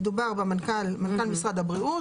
מדובר במנכ"ל משרד הבריאות,